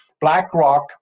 BlackRock